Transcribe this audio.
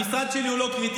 המשרד שלי הוא לא קריטי,